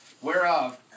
whereof